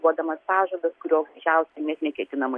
duodamas pažadas kurio greičiausiai net neketinama